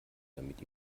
damit